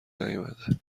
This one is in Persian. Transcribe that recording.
نیومده